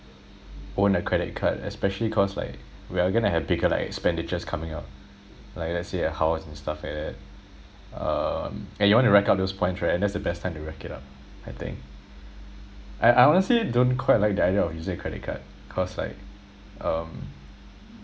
own a credit card especially cause like we're going to have bigger like expenditures coming up like let's say a house and stuff like that um and you wanna rack up those points right that's the best time to rack it up I think I I honestly don't quite like the idea of using credit card cause like um